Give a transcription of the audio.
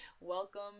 Welcome